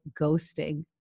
ghosting